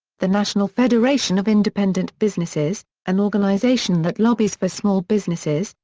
the national federation of independent businesses, an organization that lobbies for small businesses,